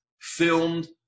filmed